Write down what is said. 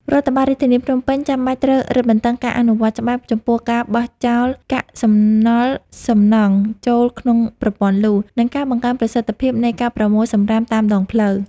រដ្ឋបាលរាជធានីភ្នំពេញចាំបាច់ត្រូវរឹតបន្តឹងការអនុវត្តច្បាប់ចំពោះការបោះចោលកាកសំណល់សំណង់ចូលក្នុងប្រព័ន្ធលូ និងការបង្កើនប្រសិទ្ធភាពនៃការប្រមូលសំរាមតាមដងផ្លូវ។